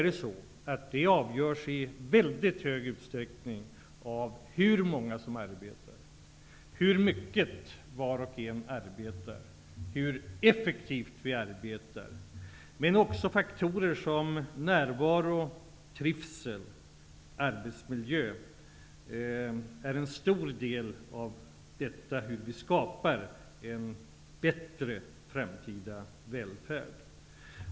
Det avgörs i mycket hög utsträckning av hur många som arbetar, hur mycket var och en arbetar och hur effektivt vi arbetar. Men också faktorer som närvaro, trivsel och arbetsmiljö är viktiga delar när vi skall skapa en bättre framtida välfärd.